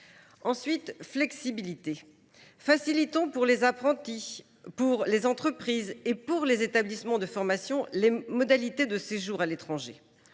gage de flexibilité. Facilitons pour les apprentis, leurs entreprises et les établissements de formation les modalités de séjour à l’étranger.